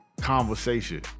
conversation